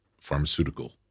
pharmaceutical